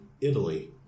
Italy